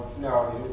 No